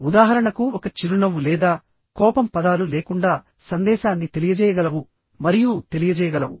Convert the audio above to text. ఉదాహరణకు ఒక చిరునవ్వు లేదా కోపం పదాలు లేకుండా సందేశాన్ని తెలియజేయగలవు మరియు తెలియజేయగలవు